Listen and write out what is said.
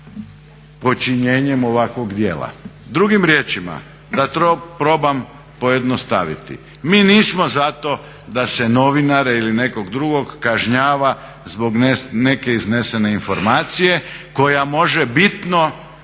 počinjenjem ovakvog djela. Drugim riječima da to probam pojednostaviti. Mi nismo za to da se novinare ili nekog drugog kažnjava zbog neke iznesene informacije koja može bitno